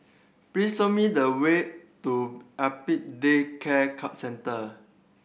please show me the way to Apex Day Care Center